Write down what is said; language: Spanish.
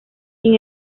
sin